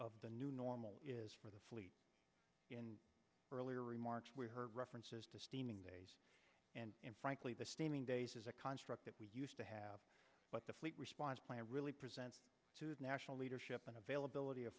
of the new normal is for the fleet in earlier remarks we heard references to steaming days and and frankly the steaming days is a construct that we used to have but the fleet response plan really presents to the national leadership and availability of